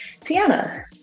tiana